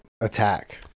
attack